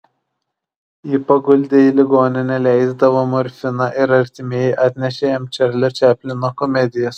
jį paguldė į ligoninę leisdavo morfiną ir artimieji atnešė jam čarlio čaplino komedijas